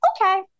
okay